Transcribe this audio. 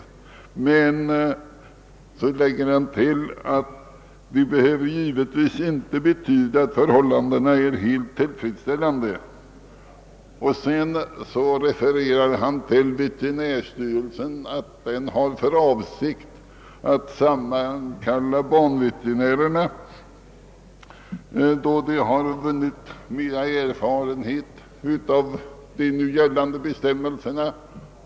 Men så tillägger han, att detta givetvis inte behöver betyda att förhållandena är helt tillfredsställande. Vidare framhåller han att veterinärstyrelsen har för avsikt att sammankalla banveterinärerna, då de vunnit mera erfarenhet av de nu gällande bestämmelserna.